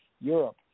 Europe